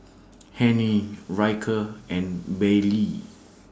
Hennie Ryker and Baylie